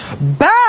Bad